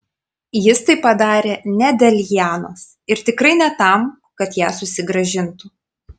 jis tai padarė ne dėl lianos ir tikrai ne tam kad ją susigrąžintų